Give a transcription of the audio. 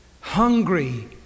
hungry